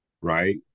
right